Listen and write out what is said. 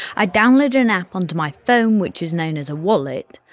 i downloaded an app on to my phone which is known as a wallet,